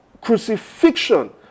crucifixion